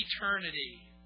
eternity